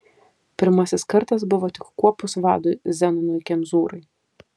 pirmasis kartas buvo tik kuopos vadui zenonui kemzūrai